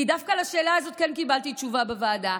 כי דווקא לשאלה הזאת כן קיבלתי תשובה בוועדה.